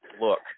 look